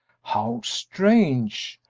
how strange!